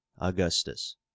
Augustus